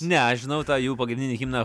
ne aš žinau tą jų pagrindinį himną